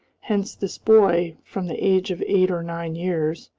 hence, this boy, from the age of eight or nine years,